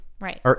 Right